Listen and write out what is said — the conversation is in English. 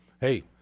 hey